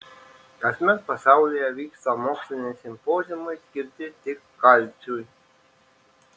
kasmet pasaulyje vyksta moksliniai simpoziumai skirti tik kalciui